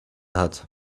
hat